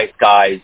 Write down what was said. guys